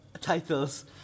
titles